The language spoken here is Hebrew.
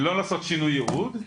לא לעשות שינוי ייעוד,